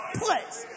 place